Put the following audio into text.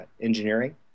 engineering